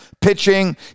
pitching